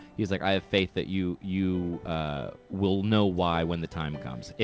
he's like, i have faith that you you ah will know why when the time comes.